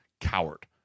Coward